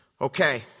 Okay